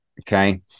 Okay